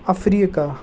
Africa